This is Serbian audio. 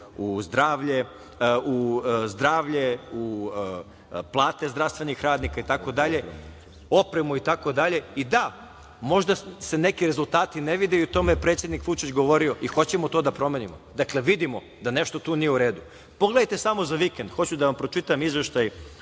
u zdravlje, u plate zdravstvenih radnika, opremu, itd. Da, možda se neki rezultati ne vide, i o tome je predsednik Vučić govorio, i hoćemo to da promenimo. Dakle, vidimo da nešto tu nije u redu. Pogledajte samo za vikenda, hoću da vam pročitam Izveštaj